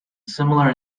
similar